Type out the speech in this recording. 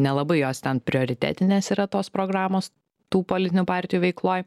nelabai jos ten prioritetinės yra tos programos tų politinių partijų veikloj